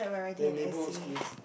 than neighbourhood schools